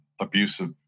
abusive